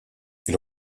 ils